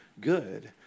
good